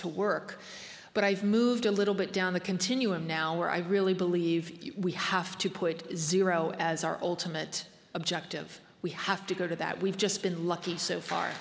to work but i've moved a little bit down the continuum now where i really believe we have to put zero as our alternate objective we have to go to that we've just been lucky so far